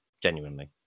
genuinely